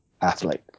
athlete